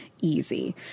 easy